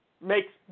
makes